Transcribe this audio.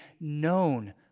known